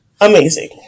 Amazing